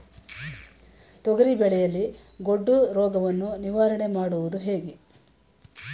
ತೊಗರಿ ಬೆಳೆಯಲ್ಲಿ ಗೊಡ್ಡು ರೋಗವನ್ನು ನಿವಾರಣೆ ಮಾಡುವುದು ಹೇಗೆ?